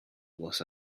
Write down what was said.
was